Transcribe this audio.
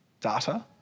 data